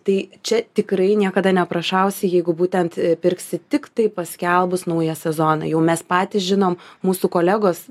tai čia tikrai niekada neprašausi jeigu būtent pirksi tiktai paskelbus naują sezoną jau mes patys žinom mūsų kolegos